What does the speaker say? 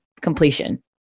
completion